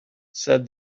said